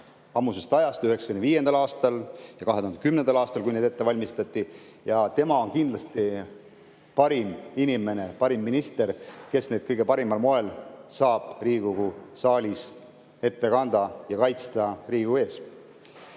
ammusest ajast: 1995. aastal ja 2010. aastal, kui neid ette valmistati. Tema on kindlasti parim inimene, parim minister, kes neid [teemasid] kõige paremal moel saab Riigikogu saalis ette kanda ja Riigikogu ees